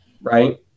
Right